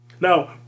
Now